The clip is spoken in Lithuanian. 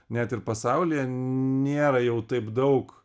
net ir pasaulyje nėra jau taip daug